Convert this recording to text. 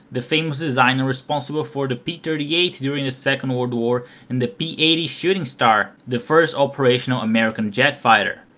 the famous designer responsible for the p thirty eight during the second world war and the p eighty shooting star, the first operational american jet fighter.